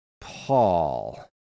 Paul